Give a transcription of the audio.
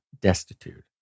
destitute